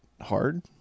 hard